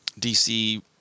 DC